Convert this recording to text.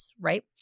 right